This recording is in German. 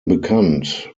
bekannt